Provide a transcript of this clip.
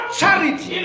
charity